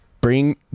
Bring